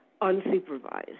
unsupervised